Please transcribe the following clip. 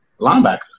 linebacker